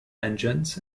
engines